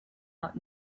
out